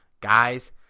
guys